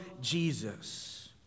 Jesus